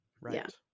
Right